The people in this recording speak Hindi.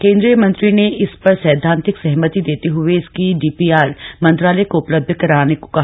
केन्द्रीय मंत्री ने इस पर सैद्धान्तिक सहमति देते हए इसकी डीपीआर मंत्रालय को उपलब्ध करवाने को कहा